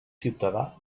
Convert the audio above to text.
ciutadà